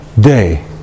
day